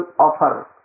offer